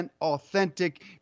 authentic